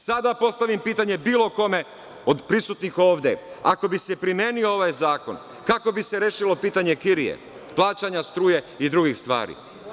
Sada postavljam pitanje bilo kome od prisutnih ovde, ako bi se primenio ovaj zakon, kako bi se rešilo pitanje kirije, plaćanja struje i drugih stvari?